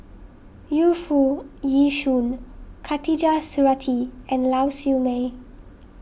Yu Foo Yee Shoon Khatijah Surattee and Lau Siew Mei